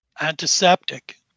antiseptic